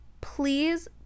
please